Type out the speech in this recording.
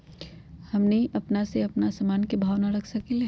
हमनी अपना से अपना सामन के भाव न रख सकींले?